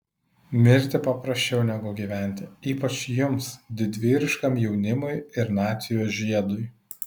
mirti paprasčiau negu gyventi ypač jums didvyriškam jaunimui ir nacijos žiedui